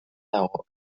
dago